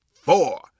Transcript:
four